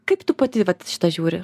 kaip tu pati vat į šitą žiūri